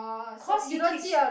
cause he keeps